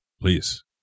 Please